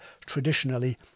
traditionally